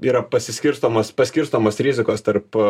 yra pasiskirstomos paskirstomos rizikos tarp